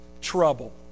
trouble